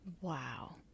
Wow